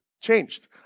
Changed